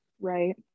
Right